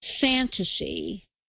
fantasy